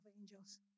angels